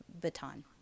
baton